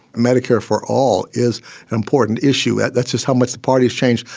medicare for all is an important issue. that's just how much the party's changed,